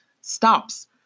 stops